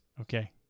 okay